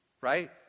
right